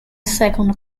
second